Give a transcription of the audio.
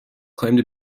claimed